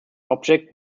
object